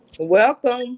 welcome